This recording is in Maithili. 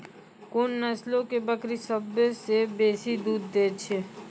कोन नस्लो के बकरी सभ्भे से बेसी दूध दै छै?